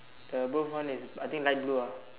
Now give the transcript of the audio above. the above one is I think light blue ah